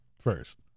first